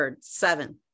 seven